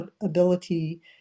ability